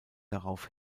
darauf